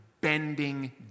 bending